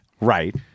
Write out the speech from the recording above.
right